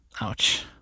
ouch